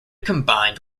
combined